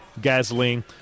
Gasoline